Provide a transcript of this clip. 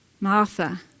Martha